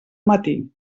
matí